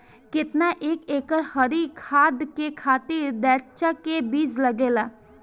केतना एक एकड़ हरी खाद के खातिर ढैचा के बीज लागेला?